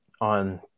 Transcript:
on